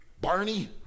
Barney